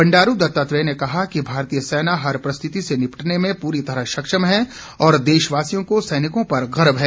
बंडारू दत्तात्रेय ने कहा कि भारतीय सेना हर परिस्थिति से निपटने में पूरी तरह सक्षम है और देशवासियों को सैनिकों पर गर्व है